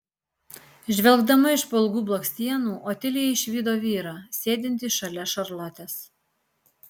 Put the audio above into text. žvelgdama iš po ilgų blakstienų otilija išvydo vyrą sėdintį šalia šarlotės